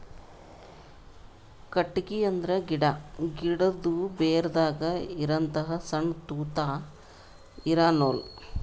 ಕಟ್ಟಿಗಿ ಅಂದ್ರ ಗಿಡಾ, ಗಿಡದು ಬೇರದಾಗ್ ಇರಹಂತ ಸಣ್ಣ್ ತೂತಾ ಇರಾ ನೂಲ್